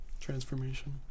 Transformation